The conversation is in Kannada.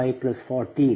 514 0